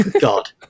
God